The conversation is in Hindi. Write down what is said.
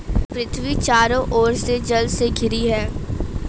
पृथ्वी चारों ओर से जल से घिरी है